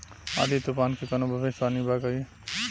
आँधी तूफान के कवनों भविष्य वानी बा की?